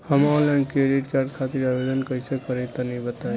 हम online credit card खातिर आवेदन कइसे करि तनि बताई?